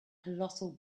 colossal